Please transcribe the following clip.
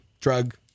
drug